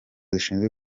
zishinzwe